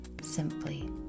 simply